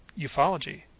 ufology